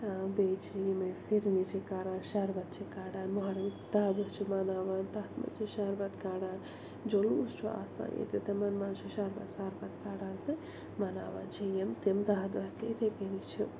بیٚیہِ چھِ یِمَے فِرنہِ چھِ کران شربَت چھِ کڑان محرمٕکۍ داہ دۄہ چھِ مناوان تَتھ منٛز چھِ شربَت کڑان جلوٗس چھُ آسان ییٚتہِ تِمَن منٛز چھِ شربَت وربَت کڑان تہٕ مناوان چھِ یِم تِم داہ دۄہ تہِ یِتھَے کٔنی چھِ